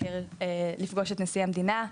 לפגוש את נשיא המדינה,